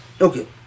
Okay